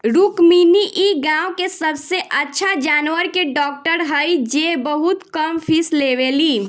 रुक्मिणी इ गाँव के सबसे अच्छा जानवर के डॉक्टर हई जे बहुत कम फीस लेवेली